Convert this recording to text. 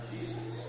Jesus